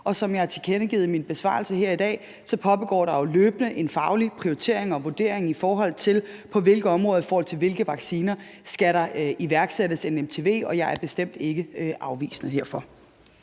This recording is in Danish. Som jeg har tilkendegivet i min besvarelse her i dag, pågår der jo løbende en faglig prioritering og vurdering, i forhold til på hvilke områder og i forhold til hvilke vacciner der skal iværksættes en mtv, og jeg er bestemt ikke afvisende heroverfor.